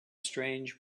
strange